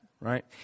Right